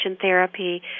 therapy